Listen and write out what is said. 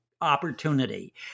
opportunity